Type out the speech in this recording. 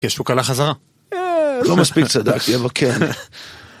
יש לו כלה חזרה. לא מספיק צדק, יהיה...